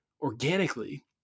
organically